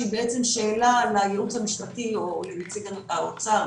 שהיא בעצם שאלה לייעוץ המשפטי או לנציג משרד האוצר,